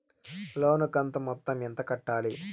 లోను కంతు మొత్తం ఎంత కట్టాలి?